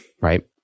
Right